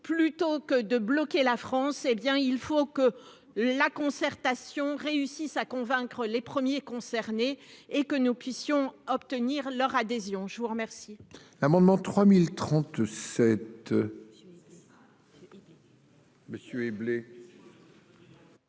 vous qui la bloquez !... il faut que la concertation réussisse à convaincre les premiers concernés et que nous puissions obtenir leur adhésion. L'amendement